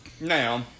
Now